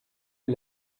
est